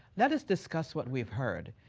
let us discussion what we've heard.